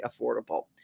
affordable